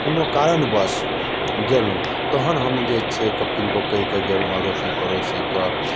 कोनो कारणवश गेलहुँ तहन हम जे छै किनको कहि कऽ गेलहुँ अड़ोसी पड़ोसीके